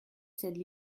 cette